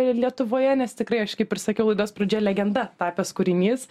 lietuvoje nes tikrai aš kaip ir sakiau laidos pradžioje legenda tapęs kūrinys